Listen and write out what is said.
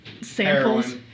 samples